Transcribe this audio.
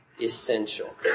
essential